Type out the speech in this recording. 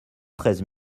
treize